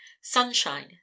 sunshine